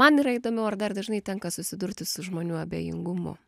man yra įdomiau ar dar dažnai tenka susidurti su žmonių abejingumu